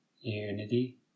unity